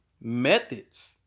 methods